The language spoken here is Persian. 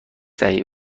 تهیه